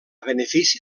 benefici